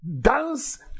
Dance